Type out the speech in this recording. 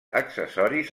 accessoris